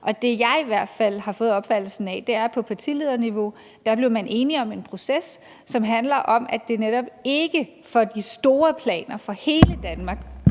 Og det, der i hvert fald er min opfattelse, er, at man på partilederniveau blev enige om en proces, som handler om, at man netop ikke i forhold til de store planer, i forhold til hele Danmark,